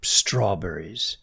strawberries